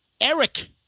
Eric